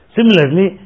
Similarly